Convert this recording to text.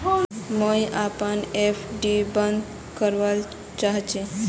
मुई अपना एफ.डी बंद करवा चहची